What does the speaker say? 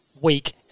week